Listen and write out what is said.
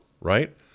right